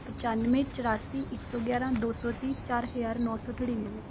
ਪਚਾਨਵੇਂ ਚੌਰਾਸੀ ਇੱਕ ਸੌ ਗਿਆਰਾਂ ਦੋ ਸੌ ਤੀਹ ਚਾਰ ਹਜ਼ਾਰ ਨੌਂ ਸੌ ਨੜਿਨਵੇ